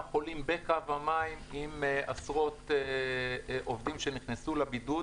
חולים בקו המים ועוד עשרות עובדים שנכנסו לבידוד,